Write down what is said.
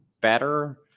better